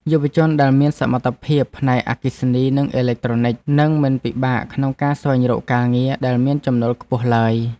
យុវជនដែលមានសមត្ថភាពផ្នែកអគ្គិសនីនិងអេឡិចត្រូនិចនឹងមិនពិបាកក្នុងការស្វែងរកការងារដែលមានចំណូលខ្ពស់ឡើយ។